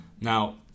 Now